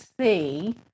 see